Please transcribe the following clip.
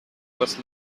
was